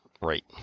right